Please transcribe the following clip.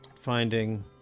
finding